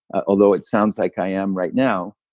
although it sounds like i am right now.